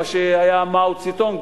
כפי שהיה אומר מאו דזה דונג